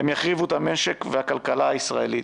הם יחריבו את המשק והכלכלה הישראלית.